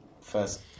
First